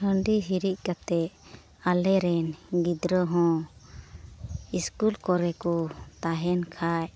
ᱦᱟᱺᱰᱤ ᱦᱤᱨᱤᱡ ᱠᱟᱛᱮᱫ ᱟᱞᱮᱨᱮᱱ ᱜᱤᱫᱽᱨᱟᱹ ᱦᱚᱸ ᱥᱠᱩᱞ ᱠᱚᱨᱮ ᱠᱚ ᱛᱟᱦᱮᱱ ᱠᱷᱟᱱ